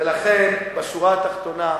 לכן, בשורה התחתונה,